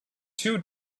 two